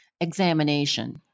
examination